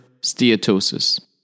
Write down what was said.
steatosis